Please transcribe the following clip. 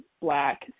black